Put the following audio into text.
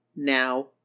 now